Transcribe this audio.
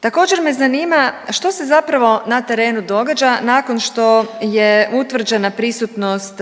Također me zanima što se zapravo na terenu događa nakon što je utvrđena prisutnost